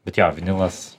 bet jo vinilas